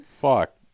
Fuck